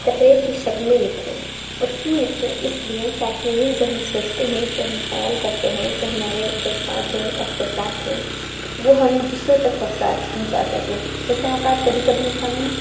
تحریر کی شکل میں لکھیں اور کیوں لکھیں اِس لیے تاکہ جو ہم سوچتے ہیں جو ہم خیال کرتے ہیں جو ہمارے جذبات ہیں احساسات ہیں وہ ہم دوسروں تک پہنچا پہنچا سکیں بس اوقات کبھی کبھی ہم